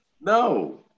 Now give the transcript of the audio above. No